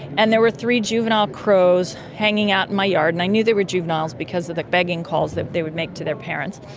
and there were three juvenile crows hanging out in my yard and i knew they were juveniles because of the begging calls that they would make to their parents,